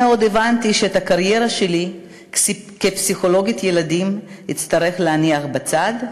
חוזרים, כפי שקוראים להם במשרד הקליטה,